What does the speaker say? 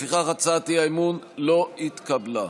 לפיכך, הצעת האי-אמון לא התקבלה.